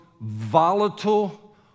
volatile